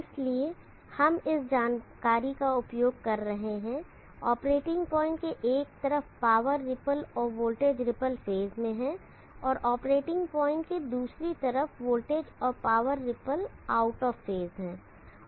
इसलिए हम इस जानकारी का उपयोग कर रहे हैं ऑपरेटिंग पॉइंट के एक तरफ पावर रिपल और वोल्टेज रिपल फेज में हैं ऑपरेटिंग पॉइंट के दूसरी तरफ वोल्टेज और पावर रिपल आउटऑफ फेज हैं